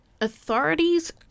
Authorities